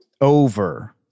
over